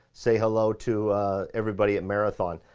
say hello to everybody at marathon.